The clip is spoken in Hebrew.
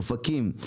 אופקים,